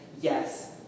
yes